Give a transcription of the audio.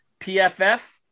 PFF